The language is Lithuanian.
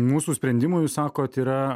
mūsų sprendimai jūs sakot yra